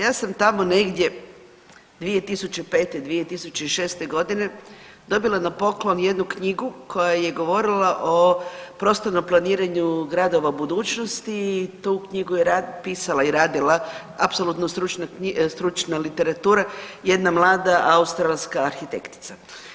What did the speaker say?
Ja sam tamo negdje 2005., 2006.g. dobila na poklon jednu knjigu koja je govorila o prostornom planiranju gradova budućnosti i tu knjigu je pisala i radila apsolutno stručna literatura jedna mlada australska arhitektica.